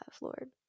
Lord